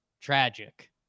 Tragic